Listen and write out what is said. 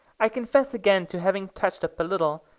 i confess again to having touched up a little,